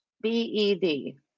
B-E-D